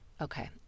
okay